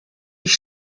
ich